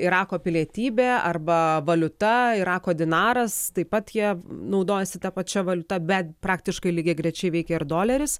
irako pilietybę arba valiuta irako dinaras taip pat jie naudojasi ta pačia valiuta bet praktiškai lygiagrečiai veikia ir doleris